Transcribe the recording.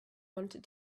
wanted